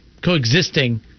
coexisting